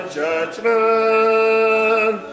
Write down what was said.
judgment